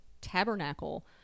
tabernacle